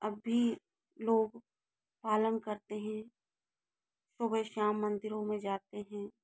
अब भी लोग पालन करते हैं सुबह शाम मंदिरों में जाते हैं